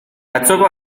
atzoko